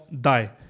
die